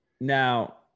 Now-